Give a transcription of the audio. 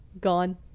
gone